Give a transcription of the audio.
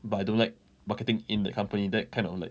but I don't like marketing in that company that kind of like